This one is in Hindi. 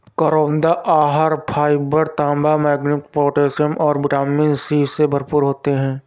करौंदा आहार फाइबर, तांबा, मैंगनीज, पोटेशियम और विटामिन सी से भरपूर होते हैं